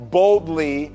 boldly